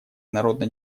народно